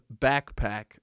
Backpack